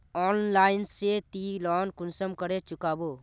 Online से ती loan कुंसम करे चुकाबो?